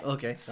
Okay